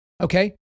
Okay